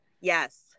Yes